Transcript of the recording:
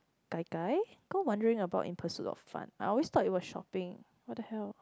gai gai go wandering about in pursuit of fun I always thought it was shopping what the hell